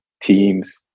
teams